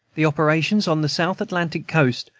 the operations on the south atlantic coast,